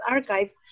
Archives